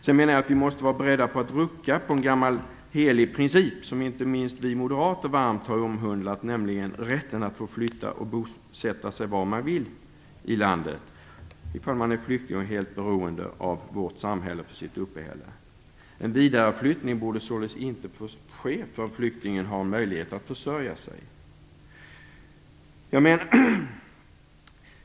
Sedan menar jag att vi måste vara beredda att rucka på en gammal helig princip, som inte minst vi moderater har omhuldat, nämligen rätten att fritt få flytta och bosätta sig var som helst i landet i det fall man är flykting och helt beroende av vårt samhälle för sitt uppehälle. En vidareflyttning borde således inte få ske förrän flyktingen har en möjlighet att försörja sig.